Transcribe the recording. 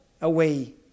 away